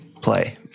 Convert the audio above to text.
play